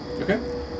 Okay